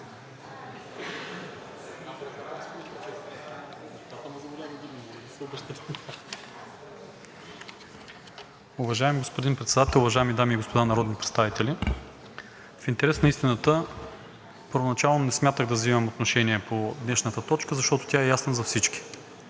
Уважаеми господин Председател, уважаеми дами и господа народни представители! В интерес на истината първоначално не смятах да взимам отношение по днешната точка, защото тя е ясна за всички.